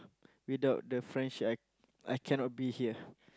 without the friendship I I cannot be here